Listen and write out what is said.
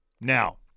Now